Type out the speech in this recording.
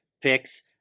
picks